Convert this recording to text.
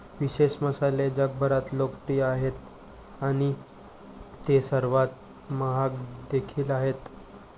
विशेष मसाले जगभरात लोकप्रिय आहेत आणि ते सर्वात महाग देखील आहेत